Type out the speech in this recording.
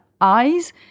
eyes